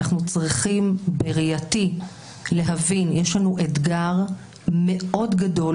אנחנו צריכים בראייתי להבין שיש לנו אתגר מאוד גדול